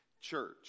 Church